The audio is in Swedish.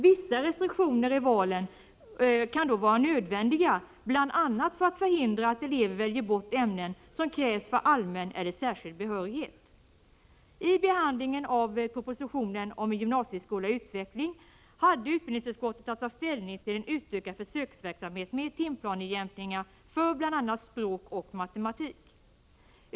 Vissa restriktioner i valen kan dock vara nödvändiga, bl.a. för att förhindra att elever väljer bort ämnen som krävs för allmän eller särskild behörighet. I behandlingen av propositionen om en gymnasieskola i utveckling hade utbildningsutskottet att ta ställning till en utökad försöksverksamhet med timplanejämkningar för bl.a. språk och matematik.